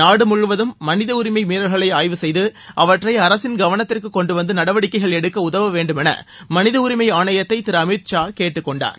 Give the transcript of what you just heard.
நாடு முழுவதும் மனித உரிமை மீறல்களை ஆய்வு செய்து அவற்றை அரசின் கவனத்திற்கு கொண்டு வந்து நடவடிக்கைகள் எடுக்க உதவ வேண்டும் என ளமனித உரிமை ஆணையத்தை திரு அமித் ஷா கேட்டுக் கொண்டார்